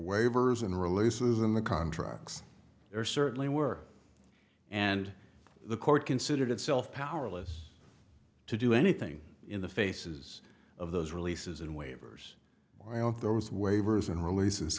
waivers and releases in the contracts there certainly were and the court considered itself powerless to do anything in the faces of those releases and waivers by all those waivers and releases